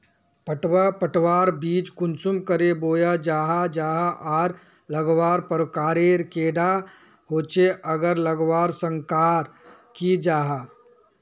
पटवा पटवार बीज कुंसम करे बोया जाहा जाहा आर लगवार प्रकारेर कैडा होचे आर लगवार संगकर की जाहा?